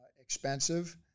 expensive